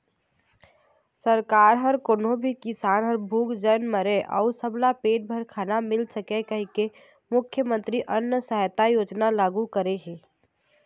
सरकार ह कोनो भी किसान ह भूख झन मरय अउ सबला पेट भर खाना मिलय कहिके मुख्यमंतरी अन्न सहायता योजना लागू करे हे